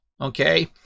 okay